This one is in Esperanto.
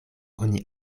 oni